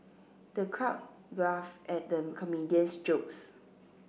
the crowd at the comedian's jokes